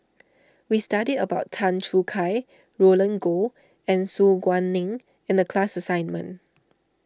we studied about Tan Choo Kai Roland Goh and Su Guaning in the class assignment